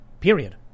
period